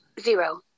zero